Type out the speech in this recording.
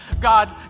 God